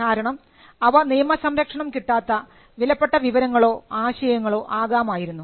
കാരണം അവ നിയമസംരക്ഷണം കിട്ടാത്ത വിലപ്പെട്ട വിവരങ്ങളോ ആശയങ്ങളോ ആകാമായിരുന്നു